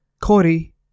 Corey